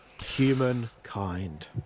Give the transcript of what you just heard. humankind